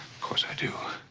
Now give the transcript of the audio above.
course i do.